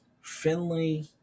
Finley